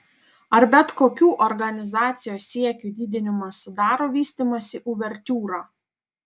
ar bet kokių organizacijos siekių didinimas sudaro vystymosi uvertiūrą